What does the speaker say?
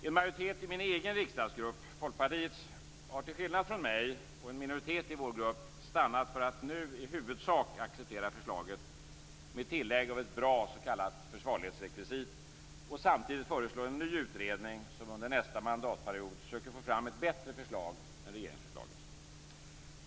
En majoritet i min egen riksdagsgrupp, Folkpartiets, har till skillnad från mig och en minoritet i vår grupp stannat för att nu i huvudsak acceptera förslaget med tillägg av ett bra s.k. försvarlighetsrekvisit och samtidigt föreslå en ny utredning, som under nästa mandatperiod söker få fram ett bättre förslag än regeringsförslaget.